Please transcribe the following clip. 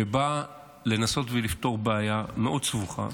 שבאה לנסות ולפתור בעיה מאוד סבוכה